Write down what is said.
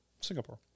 Singapore